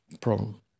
problem